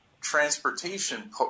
transportation